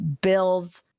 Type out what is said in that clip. bills